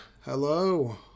Hello